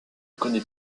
connaît